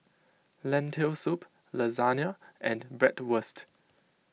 Lentil Soup Lasagne and Bratwurst